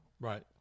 Right